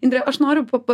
indre aš noriu po